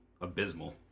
abysmal